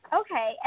okay